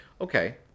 Okay